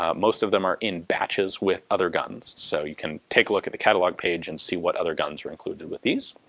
ah most of them are in batches with other guns, so you can take a look at the catalogue page and see what other guns are included with these.